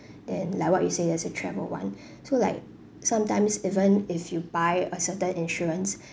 then like what you say there's a travel one so like sometimes even if you buy a certain insurance